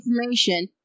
information